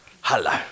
hello